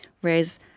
Whereas